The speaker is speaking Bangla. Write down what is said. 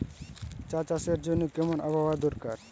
চা চাষের জন্য কেমন আবহাওয়া দরকার?